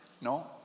no